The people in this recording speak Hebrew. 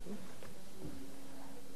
גם יצחק יכול להחליף